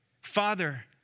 Father